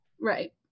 Right